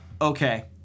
okay